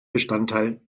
bestandteil